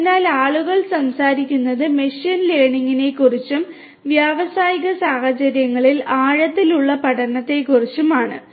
അതിനാൽ ആളുകൾ സംസാരിക്കുന്നത് മെഷീൻ ലേണിംഗിനെക്കുറിച്ചും വ്യാവസായിക സാഹചര്യങ്ങളിൽ ആഴത്തിലുള്ള പഠനത്തെക്കുറിച്ചും ആണ്